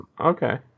okay